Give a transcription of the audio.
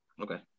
okay